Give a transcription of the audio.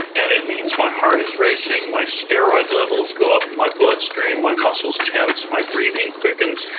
and it means my heart is racing, my steroid levels go up in my bloodstream, my muscles tense, my breathing quickens.